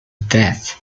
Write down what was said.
death